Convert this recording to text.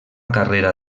carrera